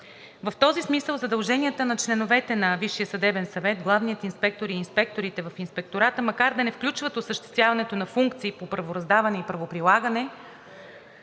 В този смисъл задълженията на членовете на Висшия съдебен съвет, главния инспектор и инспекторите в Инспектората, макар да не включват осъществяването на функции по правораздаване и правоприлагане,